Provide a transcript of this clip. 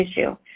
issue